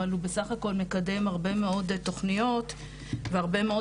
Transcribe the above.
אבל הוא בסך הכל מקדם הרבה מאוד תכניות והרבה מאוד